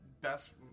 best